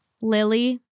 Lily